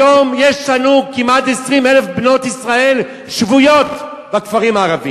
היום יש לנו כמעט 20,000 בנות ישראל שבויות בכפרים הערביים.